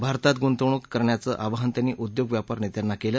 भारतात गुंतवणूक करण्याचं आवाहन त्यांनी उद्योग व्यापार नेत्यांना केलं